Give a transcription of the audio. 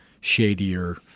shadier –